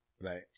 right